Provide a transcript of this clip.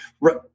Right